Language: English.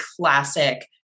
classic